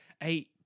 eight